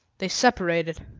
they separated,